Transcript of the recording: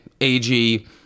Ag